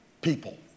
people